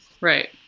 Right